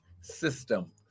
system